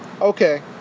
okay